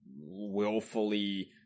willfully